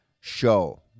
show